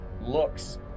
looks